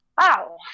wow